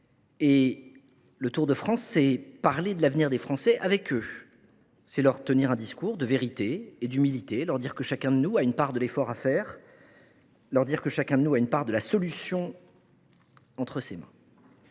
Le tour de France, c’est parler de l’avenir des Français avec eux. C’est leur tenir un discours de vérité et d’humilité, leur dire que chacun de nous a une part de l’effort à faire et une part de la solution entre ses mains.